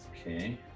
Okay